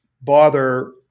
bother